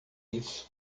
isso